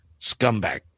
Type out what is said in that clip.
scumbag